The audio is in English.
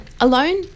alone